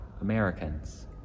americans